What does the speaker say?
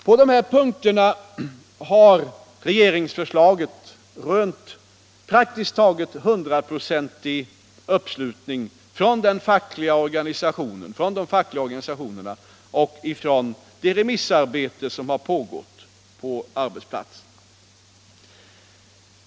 På den punkten har regeringsförslaget rönt praktiskt taget 100-procentig uppslutning från de fackliga organisationerna och i det remissarbete som har pågått på arbetsplatserna.